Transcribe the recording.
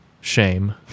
shame